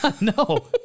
No